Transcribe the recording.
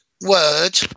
word